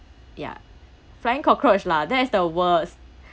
ya flying cockroach lah that's the worst